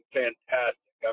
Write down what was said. fantastic